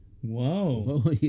Whoa